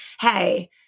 hey